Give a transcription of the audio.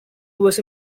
was